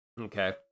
Okay